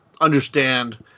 understand